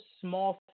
small